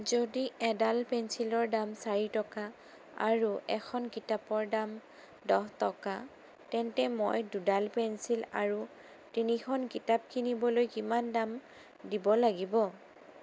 যদি এডাল পেঞ্চিলৰ দাম চাৰি টকা আৰু এখন কিতাপৰ দাম দহ টকা তেন্তে মই দুডাল পেঞ্চিল আৰু তিনিখন কিতাপ কিনিবলৈ কিমান দাম দিব লাগিব